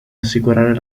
assicurare